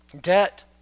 Debt